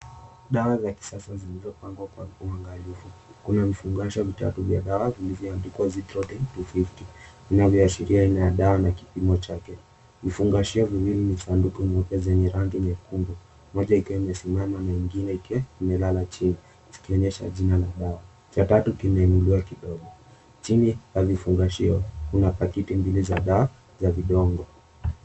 Dawa za kisasa zilizopangwa kwa uangalifu. Kuna vifungasho vitatu vya dawa vilivyoandikwa, "ZITHRONI-250," vinavyoashiria aina ya dawa na kipimo chake. Vifungashio viwili ni sanduku nyeupe zenye rangi nyekundu moja ikiwa imesimama na ingine ikiwa imelala chini zikionyesha jina la dawa. Cha tatu kimeinuliwa kidogo. Chini ya vifungashio, kuna pakiti mbili za dawa za vidonge.